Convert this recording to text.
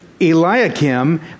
Eliakim